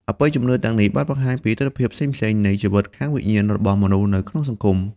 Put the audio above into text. អបិយជំនឿទាំងនេះបានបង្ហាញពីទិដ្ឋភាពផ្សេងៗនៃជីវិតខាងវិញ្ញាណរបស់មនុស្សនៅក្នុងសង្គម។